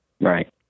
Right